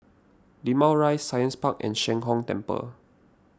Limau Rise Science Park and Sheng Hong Temple